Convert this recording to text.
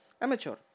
amateur